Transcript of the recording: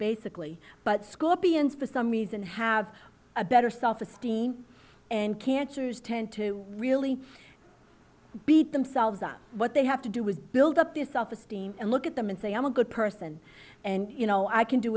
basically but scorpions for some reason have a better self esteem and cancers tend to really beat themselves up what they have to do is build up this self esteem and look at them and say i'm a good person and you know i can do